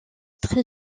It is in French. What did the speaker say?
très